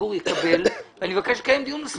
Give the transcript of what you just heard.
אני מבקש לקיים דיון מסודר.